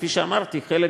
כפי שאמרתי, חלק